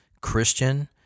Christian